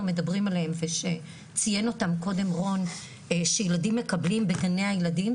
מדברים עליהם ושציין אותם קודם רון שהילדים מקבלים בגני הילדים,